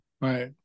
Right